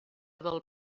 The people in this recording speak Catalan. del